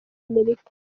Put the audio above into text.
amerika